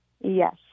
Yes